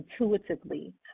intuitively